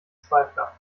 zweifler